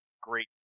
great